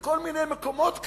ולכל מיני מקומות כאלה,